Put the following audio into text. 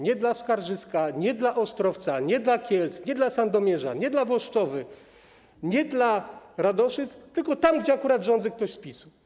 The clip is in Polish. Nie dla Skarżyska, nie dla Ostrowca, nie dla Kielc, nie dla Sandomierza, nie dla Włoszczowy, nie dla Radoszyc, tylko tam, gdzie akurat rządzi ktoś z PiS-u.